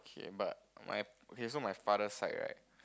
K but my okay so my father side right